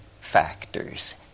factors